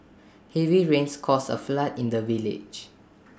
heavy rains caused A flood in the village